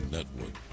Network